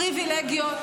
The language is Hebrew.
פריבילגיות,